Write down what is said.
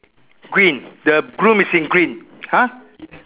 green the groom is in green !huh!